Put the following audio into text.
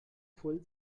voll